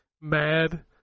mad